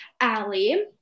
Allie